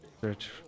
search